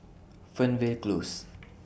Fernvale Close